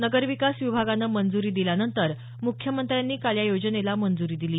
नगरविकास विभागानं मंजुरी दिल्यानंतर मुख्यमंत्र्यांनी काल या योजनेला मंजुरी दिली